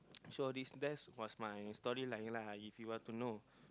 so all this that was my story like lah if you want to know